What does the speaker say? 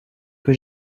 que